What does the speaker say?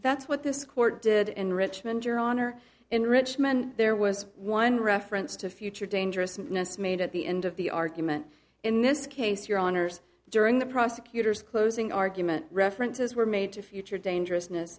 that's what this court did in richmond your honor in richmond there was one reference to future dangerousness made at the end of the argument in this case your honour's during the prosecutor's closing argument references were made to future dangerous